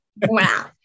wow